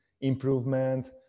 improvement